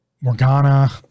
Morgana